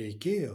reikėjo